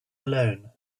alone